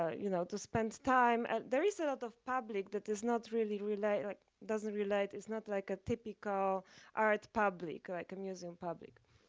ah you know, to spend time. and there is a lot of public that is not really relate, like doesn't relate, it's not like a typical art public, like i'm using public.